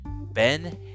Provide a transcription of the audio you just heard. ben